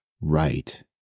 right